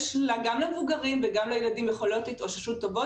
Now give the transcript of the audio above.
יש גם למבוגרים וגם לילדים יכולות התאוששות טובות.